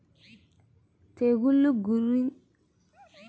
తెగుళ్లు గుర్తించినపుడు మొదటిగా ఏమి చేయాలి?